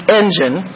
engine